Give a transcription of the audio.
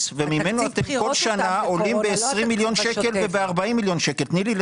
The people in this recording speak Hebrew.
ממנו אתם כל שנה עולים ב-20 מיליון שקלים וב-40 מיליון שקלים.